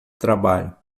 trabalho